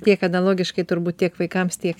tiek analogiškai turbūt tiek vaikams tiek